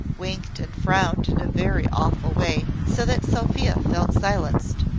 winked and frowned in a very awful way, so that sophia felt silenced,